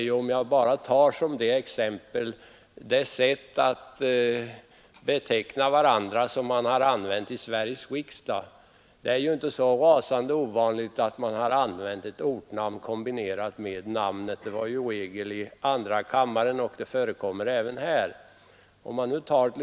Jag skall bara ta som exempel det sätt att beteckna varandra som vi använder i Sveriges riksdag. Det är inte så rasande ovanligt att man har ett ortnamn kombinerat med sitt namn; det var regel i andra kammaren och är det också här.